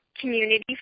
community